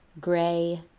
Gray